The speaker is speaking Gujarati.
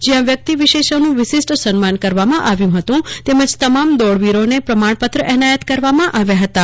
જયાં વ્યક્તિ વિશેષોનું વિશિષ્ટ સન્માન કરવામાં આવ્યું હતું તેમજ તમામ દોડવીરોને પ્રમાણપત્ર એનાયત કરવામાં આવ્યાં હતાં